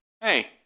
Hey